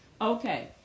Okay